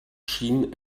schien